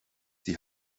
die